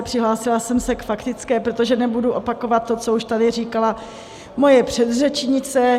Přihlásila jsem se k faktické, protože nebudu opakovat to, co už tady říkala moje předřečnice.